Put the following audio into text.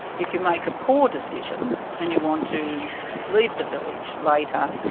if you make a poor decision, and you want to leave the village later,